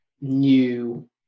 new